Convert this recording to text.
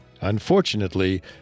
Unfortunately